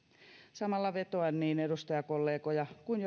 samalla vetoan että niin edustajakollegat kuin